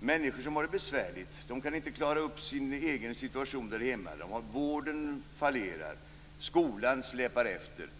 Människor har det besvärligt. De kan inte klara upp sin egen situation där hemma. Vården fallerar och skolan släpar efter.